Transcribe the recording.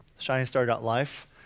shiningstar.life